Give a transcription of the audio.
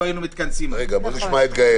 לא היינו מתכנסים היום.